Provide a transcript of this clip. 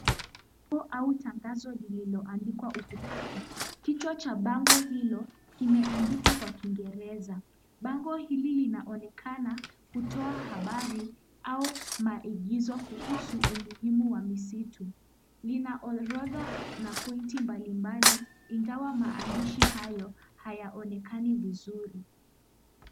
Bango au tangazo lililoandikwa ukutani. Kichwa cha bango hilo kimeandikwa kwa Kiingereza. Bango hili linaonekana kutoa habari au maagizo kuhusu umuhimu wa misitu. Lina orodha na pointi mbalimbali ingawa maandishi hayo hayaonekani vizuri.